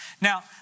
Now